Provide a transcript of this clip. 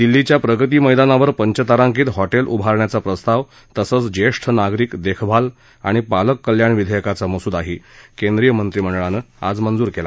दिल्लीच्या प्रगती मैदानावर पंचतारांकित हॉटेल उभारण्याचा प्रस्ताव तसंच ज्येष्ठ नागरिक देखभाल आणि पालक कल्याण विधेयकाचा मसूदा केंद्रीय मंत्रिमंडळानं मंजूर केला